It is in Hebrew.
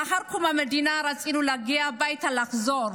לאחר קום המדינה רצינו להגיע הביתה, לחזור.